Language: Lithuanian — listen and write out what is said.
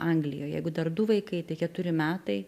anglijoj jeigu dar du vaikai tai keturi metai